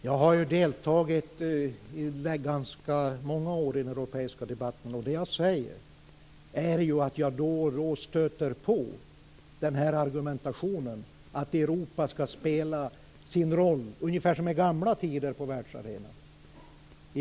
Herr talman! Jag har deltagit i ganska många år i den europeiska debatten, och jag stöter då och då på argumentationen att Europa skall spela sin roll, ungefär som i gamla tider på världsarenan.